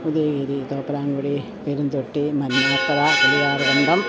Udayagiri Thopramkudy Perumthotty Manjapra Valiyarkandam